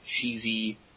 cheesy